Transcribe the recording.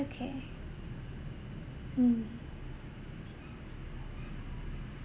okay mm